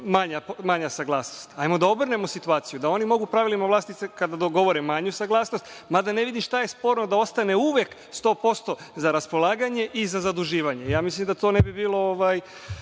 manja saglasnost. Hajmo da obrnemo situaciju, da oni mogu u pravilima vlasnika kada dogovore manju saglasnost. Mada ne vidim šta je sporno da ostane uve sto posto za raspolaganje i za zaduživanje. Mislim da to ne bi bilo